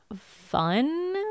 fun